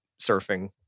surfing